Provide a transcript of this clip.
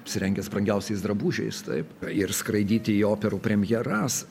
apsirengęs brangiausiais drabužiais taip ir skraidyti į operų premjeras